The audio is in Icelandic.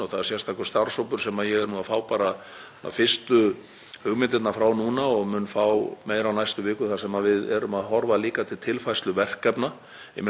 verkefna frá lögreglu til þess að létta af þeim verkefnum sem í sjálfu sér geta verið unnin annars staðar í kerfinu, hjá öðrum stofnunum ráðuneytisins, eins og til að mynda sýslumönnum.